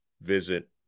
visit